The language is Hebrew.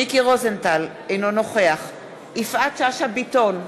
אינו נוכח יפעת שאשא ביטון,